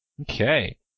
okay